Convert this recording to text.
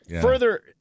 Further